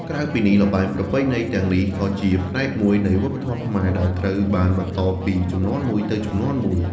ក្រៅពីនេះ ល្បែងប្រពៃណីទាំងនេះក៏ជាផ្នែកមួយនៃវប្បធម៌ខ្មែរ ដែលត្រូវបានបន្តពីជំនាន់មួយទៅជំនាន់មួយ។